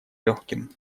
легким